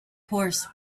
horse